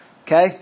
Okay